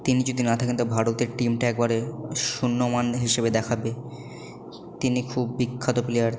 তিনি যদি না থাকেন তো ভারতের টিমটা একেবারে শূন্য হিসেবে দেখাবে তিনি খুব বিখ্যাত প্লেয়ার